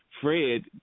Fred